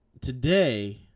today